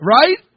Right